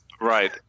Right